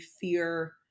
fear